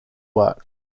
work